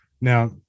Now